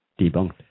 debunked